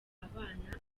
abana